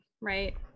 right